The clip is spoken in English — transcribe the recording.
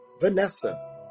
Vanessa